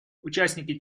участники